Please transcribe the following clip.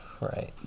right